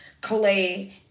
clay